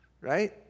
right